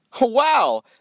Wow